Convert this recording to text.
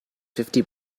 fifty